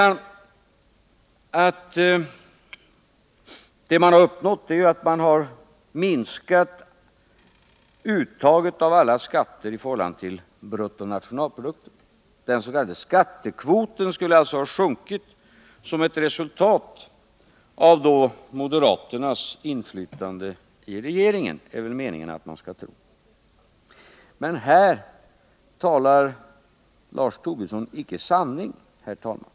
Han säger att man har uppnått en minskning av uttaget av alla skatter i förhållande till bruttonationalprodukten. skattekvoten skulle alltså ha sjunkit. Och det är väl meningen att man skall tro att detta är ett resultat av moderaternas inflytande i regeringen. Men här talar Lars Tobisson icke sanning, herr talman.